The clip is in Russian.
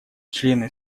члены